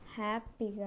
happy